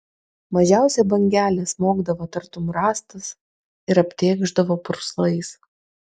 mažiausia bangelė smogdavo tartum rąstas ir aptėkšdavo purslais